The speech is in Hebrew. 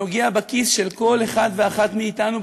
נוגע בכיס של כל אחד ואחת מאתנו,